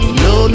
no